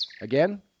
Again